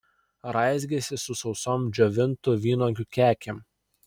raizgėsi su sausom džiovintų vynuogių kekėm